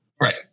Right